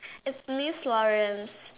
it's miss Lawrence